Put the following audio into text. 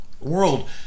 world